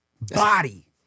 Body